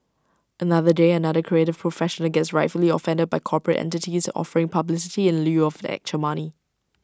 another day another creative professional gets rightfully offended by corporate entities offering publicity in lieu of actual money